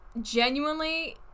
genuinely